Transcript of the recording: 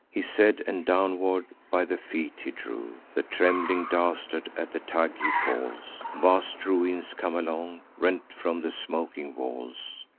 he said, and downward by the feet he drew the trembling dastard at the tug he falls vast ruins come along, rent from the smoking walls.